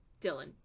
dylan